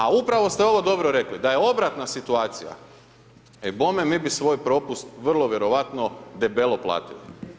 A upravo ste ovo dobro rekli, da je obratna situacija, e bome mi bi svoj propust vrlo vjerojatno debelo platili.